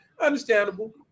understandable